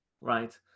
right